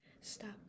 Stop